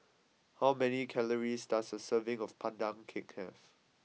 how many calories does a serving of Pandan Cake have